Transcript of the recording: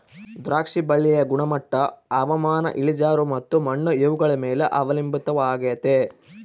ದ್ರಾಕ್ಷಿ ಬಳ್ಳಿಯ ಗುಣಮಟ್ಟ ಹವಾಮಾನ, ಇಳಿಜಾರು ಮತ್ತು ಮಣ್ಣು ಇವುಗಳ ಮೇಲೆ ಅವಲಂಬಿತವಾಗೆತೆ